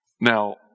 Now